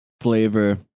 flavor